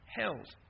held